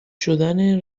شدن